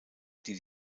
die